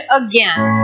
again